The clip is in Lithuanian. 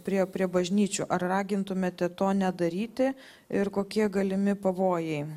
prie prie bažnyčių ar ragintumėte to nedaryti ir kokie galimi pavojai